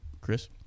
Chris